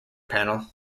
panel